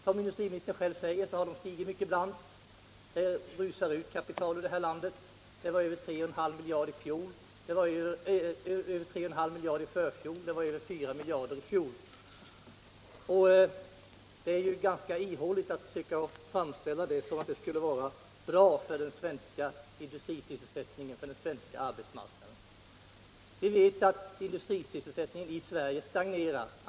Som industriministern själv säger har dessa investeringar stigit mycket brant, och kapital strömmar ut ur vårt land — över 3,5 miljarder i förfjol och över 4 miljarder i fjol. Det låter ganska ihåligt när man försöker framställa det så att det skulle vara bra för den svenska industrisysselsättningen, för den svenska arbetsmarknaden. Vi vet att industrisysselsättningen i Sverige stagnerar.